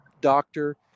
doctor